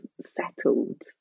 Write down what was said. settled